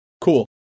Cool